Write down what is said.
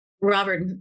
Robert